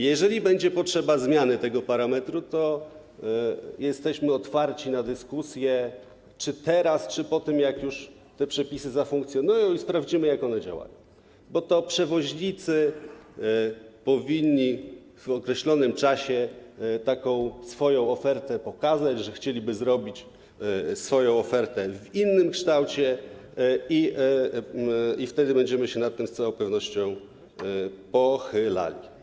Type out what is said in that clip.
Jeżeli będzie potrzeba zmiany tego parametru, to jesteśmy otwarci na dyskusję czy teraz, czy potem, jak już te przepisy zafunkcjonują i sprawdzimy, jak one działają, bo to przewoźnicy powinni w określonym czasie przedstawić taką swoją ofertę, że chcieliby zrobić swoją ofertę w innym kształcie, i wtedy będziemy się nad tym z całą pewnością pochylali.